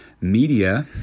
media